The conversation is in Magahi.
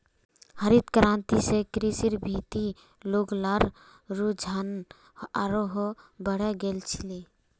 हरित क्रांति स कृषिर भीति लोग्लार रुझान आरोह बढ़े गेल छिले